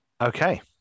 Okay